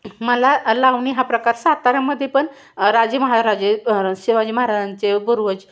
मला लावणी हा प्रकार सातारामध्ये पण राजे महाराजे शिवाजी महाराजांचे पूर्वज